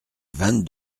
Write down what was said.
vingt